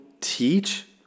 teach